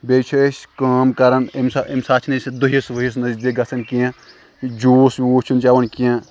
بیٚیہِ چھِ أسۍ کٲم کَران اَمہِ سا اَمہِ ساتہٕ چھِنہٕ أسۍ دُہِس وُہِس نزدیٖک گژھان کیٚنٛہہ جوٗس ووٗس چھُنہٕ چٮ۪وان کیٚنٛہہ